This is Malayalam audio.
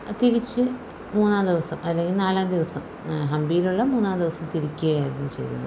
തിരിച്ച് മൂന്നാം ദിവസം അല്ലെങ്കിൽ നാലാം ദിവസം ഹമ്പിയിലുള്ള മൂന്നാം ദിവസം തിരിക്കുകയായിരുന്നു ചെയ്തത്